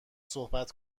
صحبت